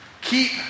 Keep